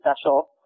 special